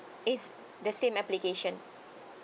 it's the same application